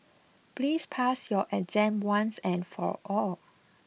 please pass your exam once and for all